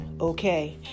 okay